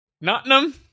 Nottingham